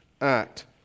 act